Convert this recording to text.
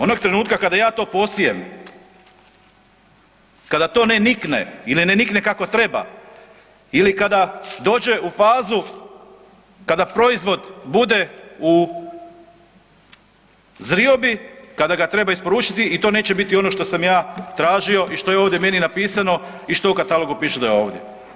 Onog trenutka kada ja to posijem, kada to ne nikne ili ne nikne kako treba ili kad dođe u fazu kada proizvod bude u zriobi, kada ga treba isporučiti i to neće biti ono što sam ja tražio i što je ovdje meni napisano i što u katalogu piše da je ovdje.